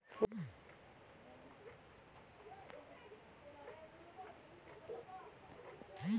लोकांची फसवणूक करण्याचा सर्वात सामान्य मार्ग म्हणजे क्यू.आर कोड